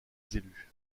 élu